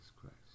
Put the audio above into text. Christ